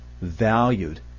valued